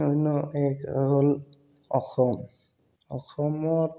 অন্য এক হ'ল অসম অসমত